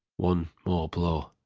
one more blow,